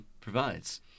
provides